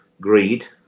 greed